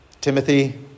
Timothy